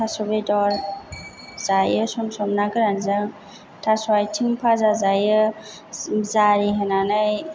थास' बेदर जायो सम सम ना गोरानजों थास' आथिंनि फाजा जायो जारि होनानै